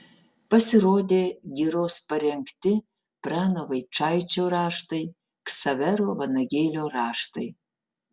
pasirodė giros parengti prano vaičaičio raštai ksavero vanagėlio raštai